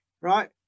right